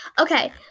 Okay